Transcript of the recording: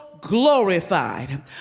glorified